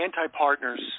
anti-partners